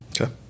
Okay